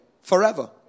forever